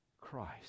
Christ